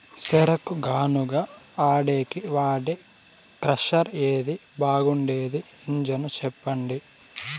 చెరుకు గానుగ ఆడేకి వాడే క్రషర్ ఏది బాగుండేది ఇంజను చెప్పండి?